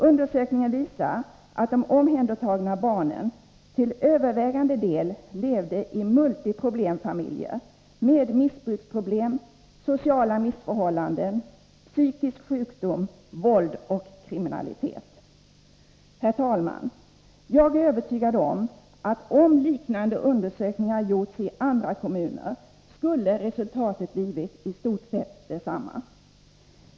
Undersökningen visar att de omhändertagna barnen till övervägande del levde i multiproblemfamil jer med missbruksproblem, sociala missförhållanden, psykisk sjukdom, våld och kriminalitet. Herr talman! Jag är övertygad om att om liknande undersökningar görs i andra kommuner blir resultatet i stort sett detsamma.